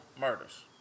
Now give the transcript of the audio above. murders